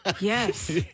Yes